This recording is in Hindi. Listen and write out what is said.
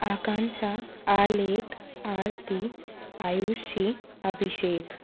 आकांक्षा आलेख आरती आयुषी अभिषेक